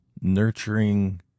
nurturing